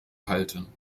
halten